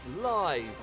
Live